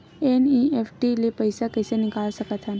NEFT ले पईसा कइसे निकाल सकत हन?